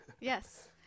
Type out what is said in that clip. Yes